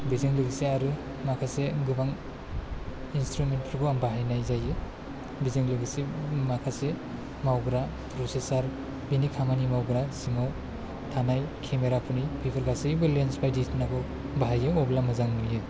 बेजों लोगोसे आरो माखासे गोबां इन्सट्रुमेन्टफोर खौ आं बाहायनाय जायो बेजों लोगोसे माखासे मावग्रा प्रचेछार बेनि खामानि मावग्रा सिङाव थानाय केमेरफोरनि बेफोर गासैबो लेन्स बायदिसिनाखौ बाहायो अब्ला मोजां नुयो